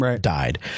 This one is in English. died